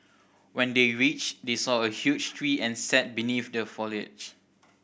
when they reached they saw a huge tree and sat beneath the foliage